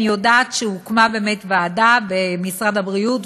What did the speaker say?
אני יודעת שהוקמה באמת ועדה במשרד הבריאות,